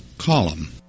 Column